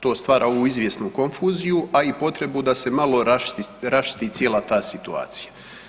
To stvara ovu izvjesnu konfuziju, a i potrebu da se malo raščisti cijela ta situacija.